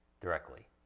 directly